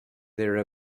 there